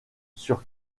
sur